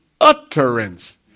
utterance